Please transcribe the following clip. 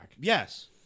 Yes